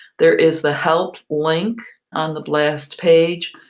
there is the help link on the blast page.